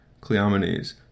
Cleomenes